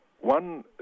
one